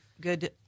good